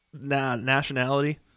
nationality